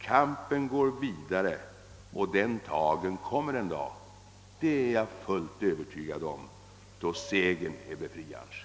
Kampen går vidare, och den dagen kommer — det är jag fullt övertygad om — då segern är befriarens.